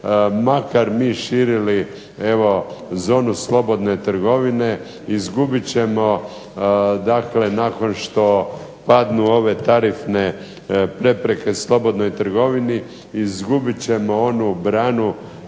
makar mi širili evo zonu slobodne trgovine izgubit ćemo dakle nakon što padnu ove tarifne prepreke slobodnoj trgovini, izgubit ćemo onu branu